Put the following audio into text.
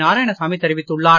நாராயணசாமி தெரிவித்துள்ளார்